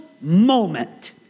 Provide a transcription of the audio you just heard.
moment